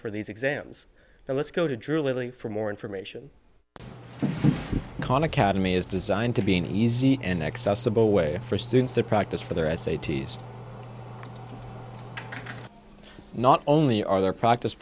for these exams and let's go to drilling for more information khan academy is designed to be an easy and accessible way for students to practice for their s a t s not only are their practice